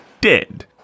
dead